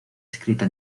escrita